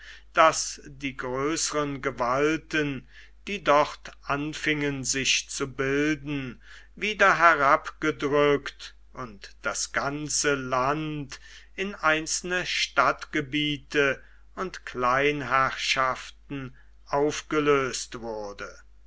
daß die größeren gewalten die dort anfingen sich zu bilden wieder herabgedrückt und das ganze land in einzelne stadtgebiete und kleinherrschaften aufgelöst wurde